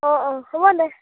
অ অ হ'ব দে